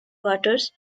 waters